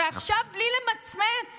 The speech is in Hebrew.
ועכשיו בלי למצמץ